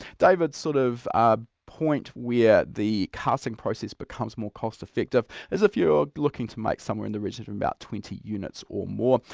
david's sort of ah point where ah the casting process becomes more cost effective is if you're looking to make somewhere in the region of about twenty units or more.